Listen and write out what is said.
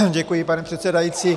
Děkuji, pane předsedající.